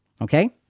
okay